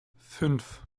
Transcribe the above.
fünf